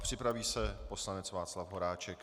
Připraví se poslanec Václav Horáček.